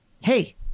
Hey